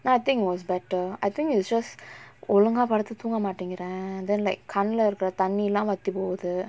then I think it was better I think it's just ஒழுங்கா படுத்து தூங்க மாட்டிங்குர:olunga paduthu thoonga maatingura then like கண்ல இருக்க தண்ணிலா வத்தி போகுது:kanla irukka thannilaa vaththi poguthu